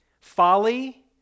folly